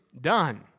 done